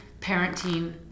parenting